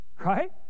right